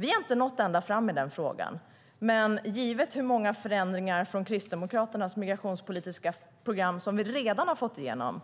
Vi har inte nått ända fram i frågan, men givet hur många förändringar från Kristdemokraternas migrationspolitiska program vi redan har fått igenom